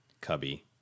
Cubby